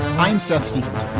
i'm seth stevenson.